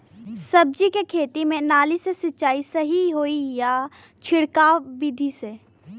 सब्जी के खेती में नाली से सिचाई सही होई या छिड़काव बिधि से?